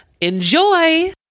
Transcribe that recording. Enjoy